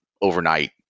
overnight